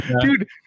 dude